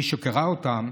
מי שקרא אותם,